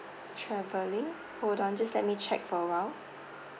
travelling hold on just let me check for a while